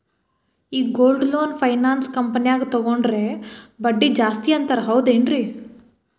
ಈ gold loan finance ಕಂಪನ್ಯಾಗ ತಗೊಂಡ್ರೆ ಬಡ್ಡಿ ಜಾಸ್ತಿ ಅಂತಾರ ಹೌದೇನ್ರಿ?